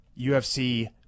UFC